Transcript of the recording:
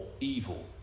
evil